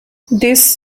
this